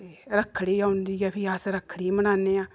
रक्खड़ी औंदी ऐ ते फ्ही अस रक्खड़ी मनाने आं